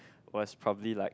was probably like